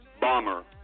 bomber